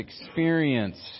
experience